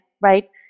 right